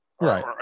Right